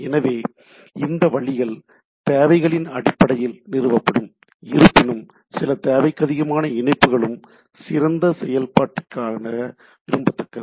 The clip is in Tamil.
எனவே இந்த வழிகள் தேவைகளின் அடிப்படையில் நிறுவப்படும் இருப்பினும் சில தேவைக்கதிகமான இணைப்புகளும் சிறந்த செயல்பாட்டிற்காக விரும்பத்தக்கது